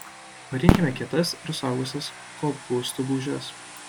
parinkime kietas ir suaugusias kopūstų gūžes